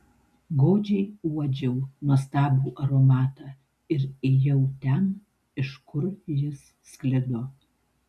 godžiai uodžiau nuostabų aromatą ir ėjau ten iš kur jis sklido